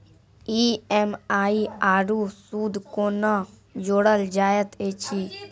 EMI आरू सूद कूना जोड़लऽ जायत ऐछि?